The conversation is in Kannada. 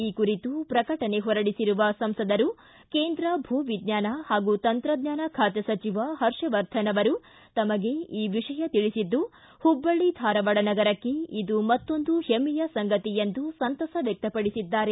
ಈ ಕುರಿತು ಪ್ರಕಟಣೆ ಹೊರಡಿಸಿರುವ ಸಂಸದರು ಕೇಂದ್ರ ಭೂವಿಜ್ಞಾನ ಹಾಗೂ ತಂತ್ರಜ್ಞಾನ ಖಾತೆ ಸಚಿವ ಪರ್ಷವರ್ಧನ ತಮಗೆ ಈ ವಿಷಯ ತಿಳಿಸಿದ್ದು ಹುಬ್ಬಳ್ಳಿ ಧಾರವಾಡ ನಗರಕ್ಕೆ ಇದು ಮತ್ತೊಂದು ಹೆಮ್ಮೆಯ ಸಂಗತಿ ಎಂದು ಸಂತಸ ವ್ಯಕ್ತಪಡಿಸಿದ್ದಾರೆ